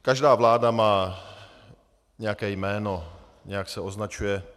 Každá vláda má nějaké jméno, nějak se označuje.